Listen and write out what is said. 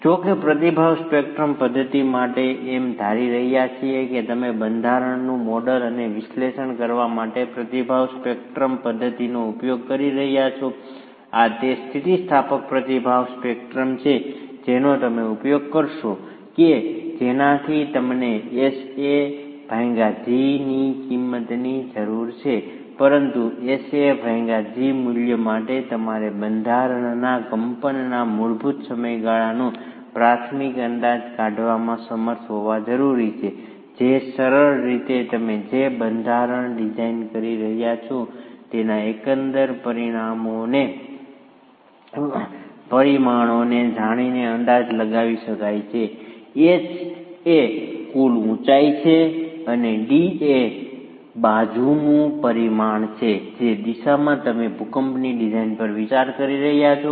જો કે પ્રતિભાવ સ્પેક્ટ્રમ પદ્ધતિ માટે એમ ધારી રહ્યા છીએ કે તમે બંધારણનું મોડેલ અને વિશ્લેષણ કરવા માટે પ્રતિભાવ સ્પેક્ટ્રમ પદ્ધતિનો ઉપયોગ કરી રહ્યાં છો આ તે સ્થિતિસ્થાપક પ્રતિભાવ સ્પેક્ટ્રમ છે જેનો તમે ઉપયોગ કરશો કે જેનાથી તમને Sag ની કિંમતની જરૂર છે પરંતુ Sag મૂલ્ય માટે તમારે બંધારણના કંપનના મૂળભૂત સમયગાળાનો પ્રાથમિક અંદાજ કાઢવામાં સમર્થ હોવા જરૂરી છે જે સરળ રીતે તમે જે બંધારણ ડિઝાઇન કરી રહ્યાં છો તેના એકંદર પરિમાણોને જાણીને અંદાજ લગાવી શકાય છે h એ કુલ ઉંચાઈ છે અને d એ બાજુનું પરિમાણ છે જે દિશામાં તમે ભૂકંપની ડિઝાઇન પર વિચાર કરી રહ્યાં છો